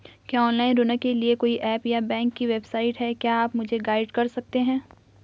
क्या ऑनलाइन ऋण के लिए कोई ऐप या बैंक की वेबसाइट है क्या आप मुझे गाइड कर सकते हैं?